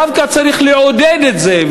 דווקא צריך לעודד את זה,